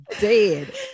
dead